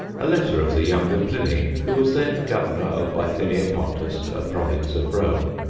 a letter of the younger pliny, who was then governor of bythinia-pontus, a province of rome,